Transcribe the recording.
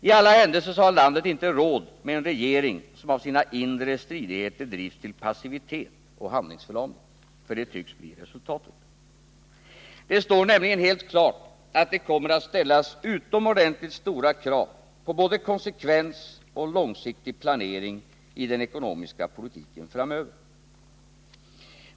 I alla händelser har landet inte råd med en regering som av sina inre stridigheter drivs till passivitet och handlingsförlamning, men det är det som tycks bli fallet. Det står nämligen helt klart att det kommer att ställas utomordentligt stora krav på både konsekvens och långsiktig planering i den ekonomiska politiken framöver.